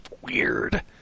weird